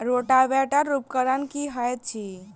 Rotavator उपकरण की हएत अछि?